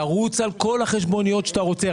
תרוץ על כל החשבוניות שאתה רוצה,